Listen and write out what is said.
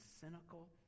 cynical